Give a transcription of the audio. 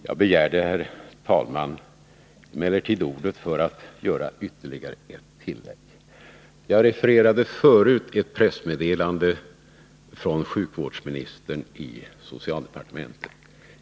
Jag begärde, herr talman, emellertid ordet för att göra ytterligare ett tillägg. Jag refererade förut ett pressmeddelande från sjukvårdsministern i socialdepartementet.